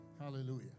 Hallelujah